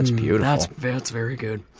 that's beautiful! that's that's very good.